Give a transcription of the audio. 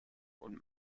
und